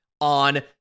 On